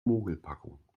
mogelpackung